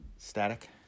Static